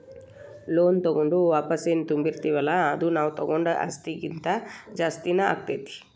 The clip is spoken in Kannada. ಲೋನ್ ತಗೊಂಡು ವಾಪಸೆನ್ ತುಂಬ್ತಿರ್ತಿವಲ್ಲಾ ಅದು ನಾವ್ ತಗೊಂಡ್ ಅಸ್ಲಿಗಿಂತಾ ಜಾಸ್ತಿನ ಆಕ್ಕೇತಿ